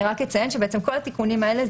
אני רק אציין שבעצם כל התיקונים האלה,